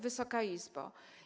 Wysoka Izbo!